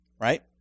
Right